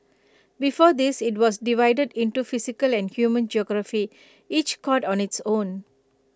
before this IT was divided into physical and human geography each cod on its own